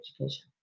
education